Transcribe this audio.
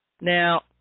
Now